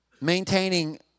maintaining